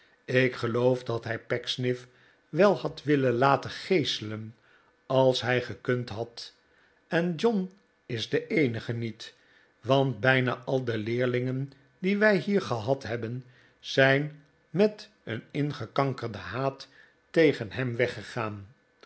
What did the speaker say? ik geloof dat hij pecksniff wel had willen laten geeselen als hij gekund had en john is de eenige niet want bijna al de leerlingen die wij hier gehad hebben zijn met een ingekankerden haat tegen hem weggegaan